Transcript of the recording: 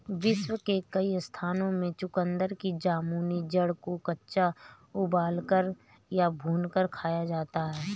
विश्व के कई स्थानों में चुकंदर की जामुनी जड़ को कच्चा उबालकर या भूनकर खाया जाता है